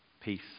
peace